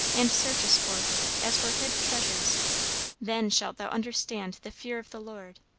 and searchest for her as for hid treasures then shalt thou understand the fear of the lord,